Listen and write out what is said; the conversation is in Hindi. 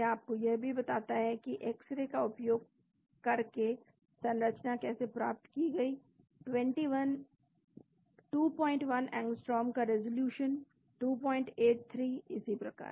यह आपको यह भी बताता है कि एक्सरे का उपयोग करके संरचना कैसे प्राप्त की गई 21 एंगस्ट्रॉम का रेजोल्यूशन 283 इसी प्रकार